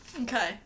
Okay